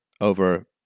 over